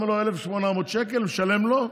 אומר לו: 1,800 שקל, משלם לו.